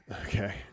Okay